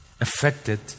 affected